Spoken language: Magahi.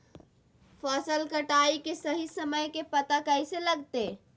फसल कटाई के सही समय के पता कैसे लगते?